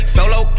Solo